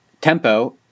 tempo